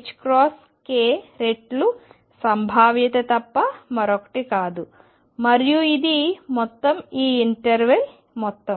ℏk రెట్లు సంభావ్యత తప్ప మరొకటి కాదు మరియు ఇది మొత్తం ఈ ఇంటర్వెల్ల మొత్తం